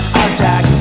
attack